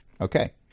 Okay